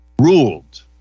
ruled